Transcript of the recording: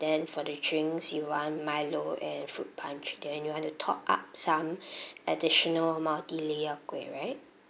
then for the drinks you want milo and fruit punch then you want to top up some additional multi-layered kueh right